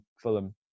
Fulham